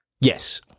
Yes